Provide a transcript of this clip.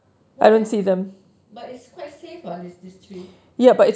but it's quite safe [what] this this tree